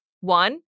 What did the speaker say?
One